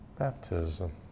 baptism